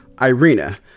Irina